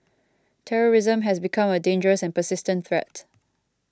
terrorism has become a dangerous and persistent threat